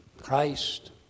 Christ